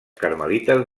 carmelites